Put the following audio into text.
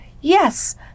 Yes